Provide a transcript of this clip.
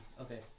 Okay